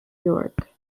york